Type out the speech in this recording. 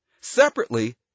Separately